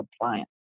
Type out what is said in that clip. compliance